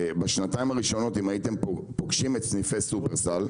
בשנתיים הראשונות אם הייתם פוגשים את סניפי שופרסל,